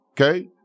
okay